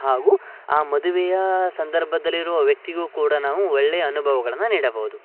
ಹಾಗೂ ಆ ಮದುವೆಯ ಸಂದರ್ಭದಲ್ಲಿರುವ ವ್ಯಕ್ತಿಗೂ ಕೂಡ ನಾವು ಒಳ್ಳೆಯ ಅನುಭವಗಳನ್ನ ನೀಡಬೌದು